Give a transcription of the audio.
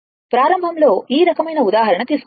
ప్రారంభంలో ఈ రకమైన ఉదాహరణ తీసుకున్నాము